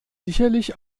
sicherlich